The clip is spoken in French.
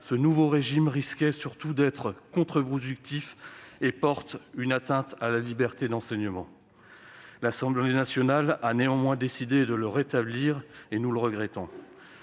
ce nouveau régime risquait surtout d'être contreproductif et qu'il portait atteinte à la liberté d'enseignement. L'Assemblée nationale a néanmoins décidé de le rétablir, ce que nous regrettons.